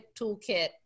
toolkit